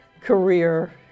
career